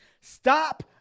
Stop